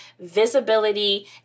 visibility